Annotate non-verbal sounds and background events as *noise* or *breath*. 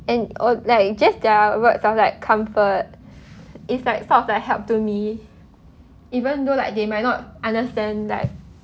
and or like just their words of like comfort *breath* is like sort of like help to me even though like they might not understand like